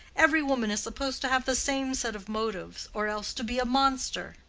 every woman is supposed to have the same set of motives, or else to be a monster.